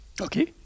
okay